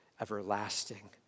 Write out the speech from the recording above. everlasting